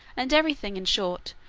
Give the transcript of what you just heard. and everything, in short,